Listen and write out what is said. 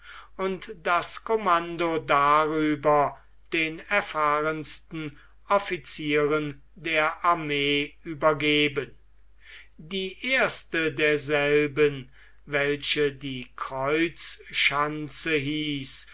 und das kommando darüber den erfahrensten officieren der armee übergeben die erste derselben welche die kreuz schanze hieß